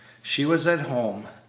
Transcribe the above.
she was at home,